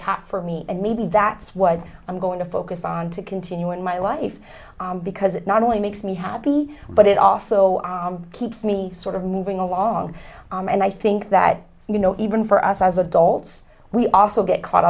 top for me and maybe that's what i'm going to focus on to continue in my life because it not only makes me happy but it also keeps me sort of moving along and i think that you know even for us as adults we also get caught